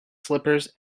slippers